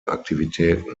aktivitäten